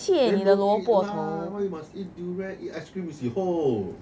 then don't eat lah why you must eat durian eat ice cream is 以后